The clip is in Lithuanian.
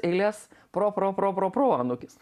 eilės pro pro pro pro proanūkis